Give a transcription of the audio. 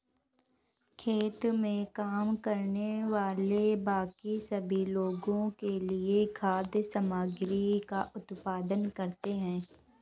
खेत में काम करने वाले बाकी सभी लोगों के लिए खाद्य सामग्री का उत्पादन करते हैं